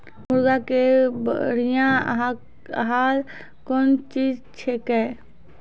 मुर्गी के बढ़िया आहार कौन चीज छै के?